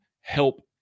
help